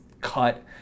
cut